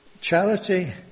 Charity